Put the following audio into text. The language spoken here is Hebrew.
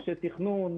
אנשי תכנון,